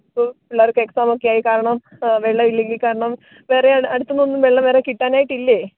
ഇപ്പോൾ പിള്ളേർക്ക് എക്സാമൊക്കെ ആയി കാരണം വെള്ളം ഇല്ലെങ്കിൽ കാരണം വേറെ അടുത്ത് നിന്ന് ഒന്നും വെള്ളം വേറെ കിട്ടാനായിട്ടില്ല